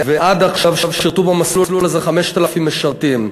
ועד עכשיו שירתו במסלול הזה 5,000 משרתים.